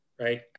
right